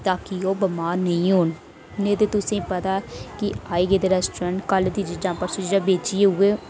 ताकि बमार नेईं होन नेईं ते तुसें गी पता ज्यादतर रेस्ट्रोरेंट च कल दियां चीजा परसों दियां चीजा बेची ऐ उऐ